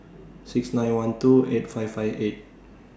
six nine one two eight five five eight